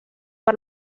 per